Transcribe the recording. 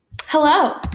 Hello